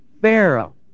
Pharaoh